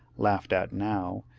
laughed at now,